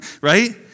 Right